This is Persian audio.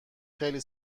خیلی